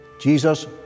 Jesus